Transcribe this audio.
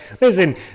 listen